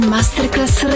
Masterclass